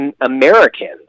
Americans